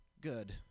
good